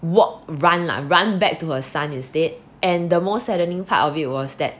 walk run [la] run back to her son instead and the more saddening part of it was that